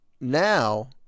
now